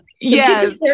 Yes